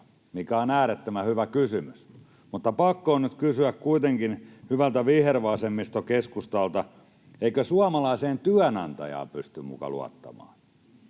mikä on äärettömän hyvä kysymys. Mutta on pakko nyt kysyä kuitenkin hyvältä vihervasemmisto-keskustalta: eikö suomalaiseen työnantajaan pysty muka luottamaan?